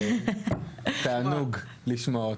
תענוג לשמוע אותו.